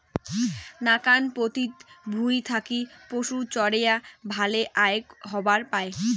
নাকান পতিত ভুঁই থাকি পশুচরেয়া ভালে আয় হবার পায়